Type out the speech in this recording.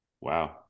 wow